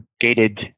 gated